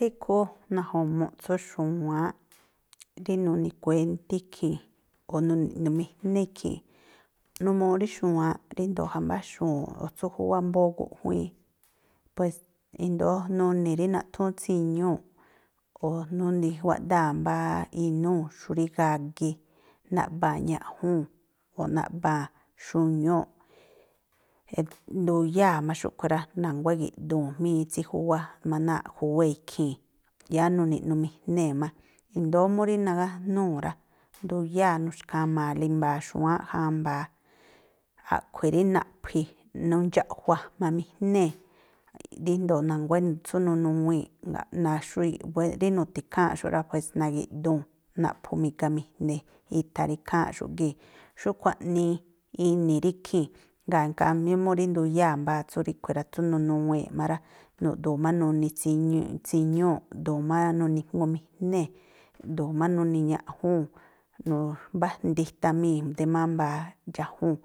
Rí ikhúún naju̱mu̱ꞌ tsú xu̱wáánꞌ rí nuni̱kuéntí ikhii̱n, o̱ nuni̱ꞌnumijné ikhii̱n. Numuu rí xu̱wáánꞌ ríndo̱o jambáxuu̱n o̱ tsú júwá mbóó guꞌjuíín, pues i̱ndóó nuni̱ rí naꞌthúún tsiñúu̱ꞌ, o̱ nuni̱ wáꞌdáa̱ mbá inúu̱ xú rí gagi, naꞌba̱a̱n ñaꞌjúu̱n, o̱ naꞌba̱a̱n xuñúu̱ꞌ, nduyáa̱ má xúꞌkhui̱ rá, na̱nguá igi̱ꞌduu̱n jmíñí tsí júwá má náa̱ꞌ júwée̱ ikhii̱n. Yáá nuni̱ꞌnumijnée̱ má. I̱ndóó mú rí nagájnúu̱ rá, nduyáa̱ nuxkhama̱a̱le i̱mba̱a̱ xúwáánꞌ jamba̱a, a̱ꞌkhui̱ rí naꞌphi, nundxa̱ꞌjua̱jma̱mijnée̱ ríndo̱o na̱nguá tsú nu̱nuwii̱nꞌ rí nu̱tha̱ ikháa̱nꞌxu̱ rá, pues nagi̱ꞌduu̱n, naꞌphu̱mi̱ga̱mijne̱ i̱tha̱ rí ikháa̱nꞌxu̱ꞌ gii̱. Xúꞌkhui̱ aꞌnii ini̱ rí ikhii̱n. Jngáa̱ mu rí nduyáa̱ mbáá tsú ríꞌkhui̱ rá, tsú nunu̱wii̱nꞌ má rá, nuꞌdu̱u̱má nuni̱ tsiñúu̱ꞌ, ꞌdu̱u̱ má nuni̱jŋumijnée̱, ꞌdu̱u̱ má nuni̱ ñaꞌjúu̱n, mbájndi itamii̱ de mámbaa dxájúu̱n,